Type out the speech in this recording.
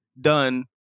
done